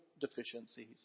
deficiencies